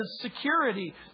security